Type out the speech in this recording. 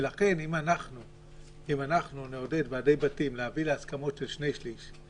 ולכן אם נעודד ועדי בתים להביא להסכמות של שני-שליש,